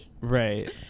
Right